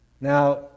Now